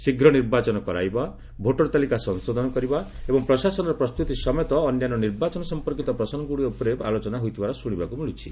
ଶୀଘ୍ର ନିର୍ବାଚନ କରାଇବା ଭୋଟର ତାଲିକା ସଂଶୋଧନ କରିବା ଏବଂ ପ୍ରଶାସନର ପ୍ରସ୍ତୁତି ସମେତ ଅନ୍ୟାନ୍ୟ ନିର୍ବାଚନ ସମ୍ପର୍କୀତ ପ୍ରସଙ୍ଗଗୁଡ଼ିକ ଉପରେ ଆଲୋଚନା ହୋଇଥିବାର ଶୁଶିବାକୁ ମିଳୁଛି